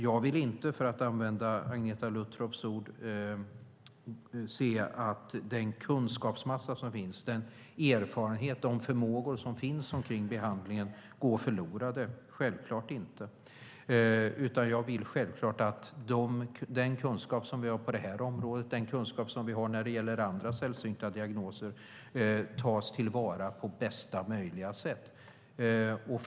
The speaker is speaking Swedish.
Jag vill inte, för att använda Agneta Luttropps ord, se att den kunskapsmassa, den erfarenhet och de förmågor som finns kring behandlingen går förlorade, självklart inte. Jag vill självklart att den kunskap som vi har på det här området, liksom den kunskap som vi har när det gäller andra sällsynta diagnoser, tas till vara på bästa möjliga sätt.